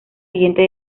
siguiente